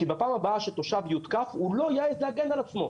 כי בפעם הבאה שתושב יותקף הוא לא יעז להגן על עצמו.